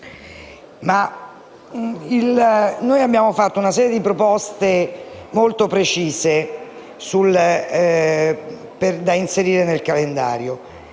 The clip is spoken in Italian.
noi abbiamo presentato una serie di proposte molto precise da inserire nel calendario.